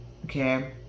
Okay